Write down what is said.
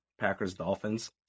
Packers-Dolphins